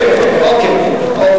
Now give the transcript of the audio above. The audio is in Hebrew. אוקיי, אוקיי.